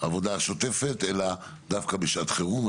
העבודה השוטפת אלא דווקא בשעת חירום.